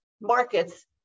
markets